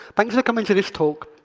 thanks for coming to this talk,